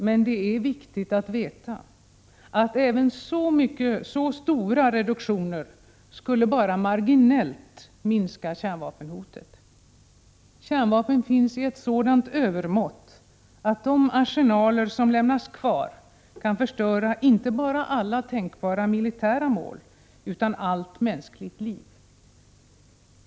Men det är viktigt att veta att även sådana mycket stora reduktioner endast marginellt skulle minska kärnvapenhotet. Kärnvapnen finns i ett sådant övermått att de arsenaler som lämnas kvar kan förstöra inte bara alla tänkbara militära mål utan allt mänskligt liv.